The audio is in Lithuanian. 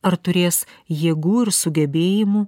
ar turės jėgų ir sugebėjimų